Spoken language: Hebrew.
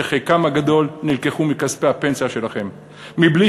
שחלקם הגדול נלקחו מכספי הפנסיה שלכם מבלי